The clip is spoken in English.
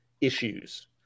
issues